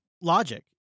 logic